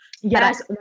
Yes